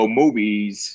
movies